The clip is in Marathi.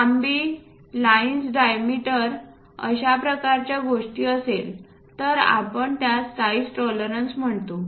लांबी लाइन्स डायमीटर अशा प्रकारच्या गोष्टी असेल तर आपण त्यास साइज टॉलरन्स म्हणतो